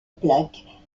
plaques